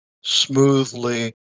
smoothly